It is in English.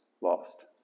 Lost